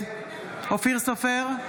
אופיר סופר,